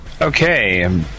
Okay